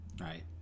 right